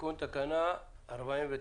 תיקון תקנה 49?